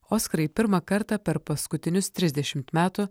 oskarai pirmą kartą per paskutinius trisdešimt metų